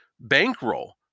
bankroll